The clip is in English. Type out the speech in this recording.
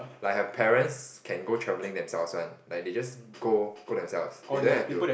like her parents can go travelling themselves one like they just go go themselves they don't have to